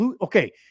okay